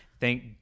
thank